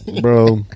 Bro